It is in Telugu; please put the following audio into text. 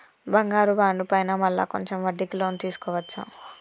బంగారు బాండు పైన మళ్ళా కొంచెం వడ్డీకి లోన్ తీసుకోవచ్చా?